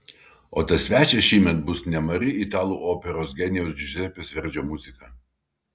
o tas svečias šįmet bus nemari italų operos genijaus džiuzepės verdžio muzika